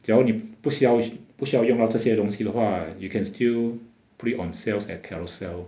假如你不需要不需要用到这些东西的话 you can still put it on sales at carousell